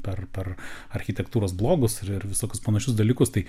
per per architektūros blogus ir visokius panašius dalykus tai